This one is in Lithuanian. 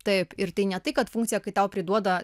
taip ir tai ne tai kad funkciją kai tau priduoda